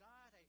God